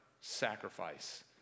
sacrifice